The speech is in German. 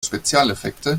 spezialeffekte